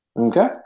Okay